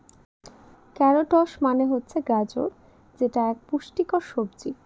carrots মানে হচ্ছে গাজর যেটা এক পুষ্টিকর সবজি